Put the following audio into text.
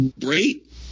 great